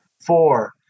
Four